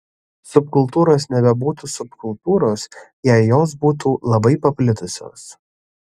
subkultūros nebebūtų subkultūros jei jos būtų labai paplitusios